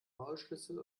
maulschlüssel